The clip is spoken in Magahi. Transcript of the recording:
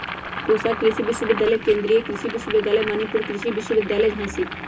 पूसा कृषि विश्वविद्यालय, केन्द्रीय कृषि विश्वविद्यालय मणिपुर, कृषि विश्वविद्यालय झांसी